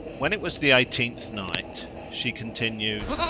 when it was the nineteenth night, she continued,